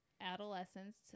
adolescents